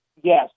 yes